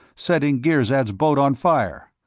setting girzad's boat on fire.